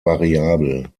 variabel